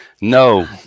No